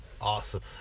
Awesome